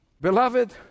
Beloved